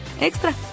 extra